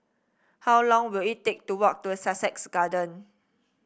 how long will it take to walk to Sussex Garden